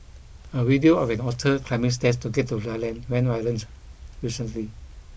a video of an otter climbing stairs to get to land went recently